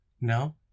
No